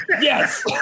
yes